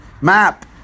map